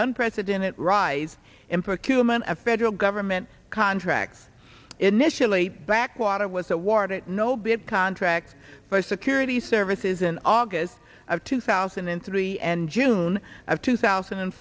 unprecedented rise in for acumen of federal government contracts initially backwater was awarded no bid contracts for security services in august of two thousand and three and june of two thousand and